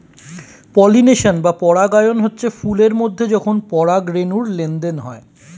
pollination বা পরাগায়ন হচ্ছে ফুল এর মধ্যে যখন পরাগ রেণুর লেনদেন হয়